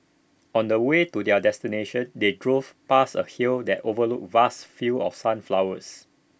on the way to their destination they drove past A hill that overlooked vast fields of sunflowers